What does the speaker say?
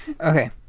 Okay